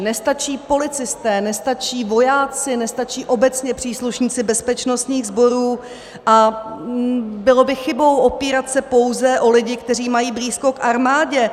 Nestačí policisté, nestačí vojáci, nestačí obecně příslušníci bezpečnostních sborů a bylo by chybou opírat se pouze o lidi, kteří mají blízko k armádě.